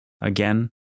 again